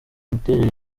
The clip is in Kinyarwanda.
miterere